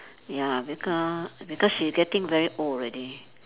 ya because because she getting very old already